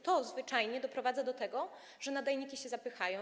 To zwyczajnie prowadzi do tego, że nadajniki się zapychają.